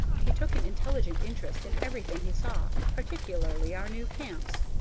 he took an intelligent interest in everything he saw, particularly our new camps.